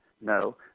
no